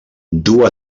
dur